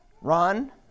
Run